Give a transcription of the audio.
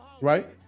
Right